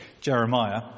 Jeremiah